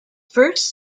first